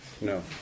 No